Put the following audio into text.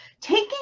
Taking